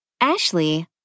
Ashley